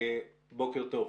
בוקר טוב.